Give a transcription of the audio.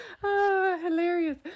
Hilarious